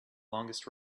longest